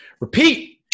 Repeat